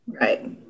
Right